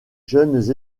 jeunes